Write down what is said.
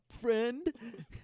friend